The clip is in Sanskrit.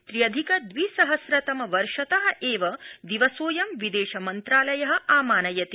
त्रि अधिंक द्वि सहस्र तम वर्षत एव दिवसोऽयं विदेशमन्त्रालय आमानयति